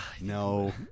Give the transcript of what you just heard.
No